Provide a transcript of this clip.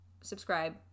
subscribe